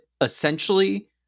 essentially